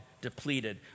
depleted